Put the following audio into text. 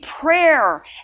prayer